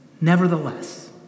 nevertheless